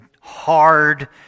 hard